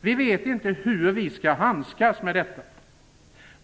Vi vet inte hur vi skall handskas med detta.